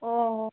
অ'